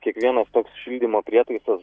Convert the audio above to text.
kiekvienas toks šildymo prietaisas